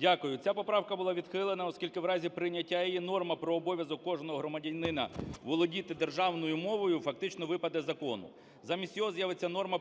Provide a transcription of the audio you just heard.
Дякую. Ця поправка була відхилена, оскільки в разі прийняття її норма про обов'язок кожного громадянина володіти державною мовою фактично випаде з закону. Замість нього з'явиться норма